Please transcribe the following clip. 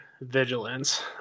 vigilance